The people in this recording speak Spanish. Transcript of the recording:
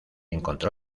encontró